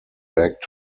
back